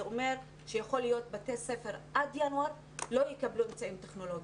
זה אומר שיכולים להיות בתי ספר שעד ינואר לא יקבלו אמצעים טכנולוגיים.